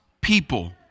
people